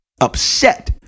upset